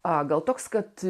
o gal toks kad